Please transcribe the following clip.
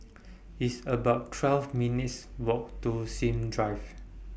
It's about twelve minutes' Walk to Sims Drive